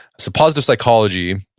so positive psychology,